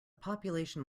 population